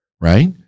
right